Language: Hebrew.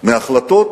מהחלטות